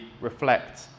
reflect